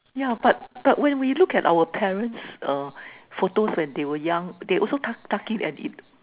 yeah but but when we look at our parents uh photos when they are young they also tuck in and eat